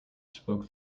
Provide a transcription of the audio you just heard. spoke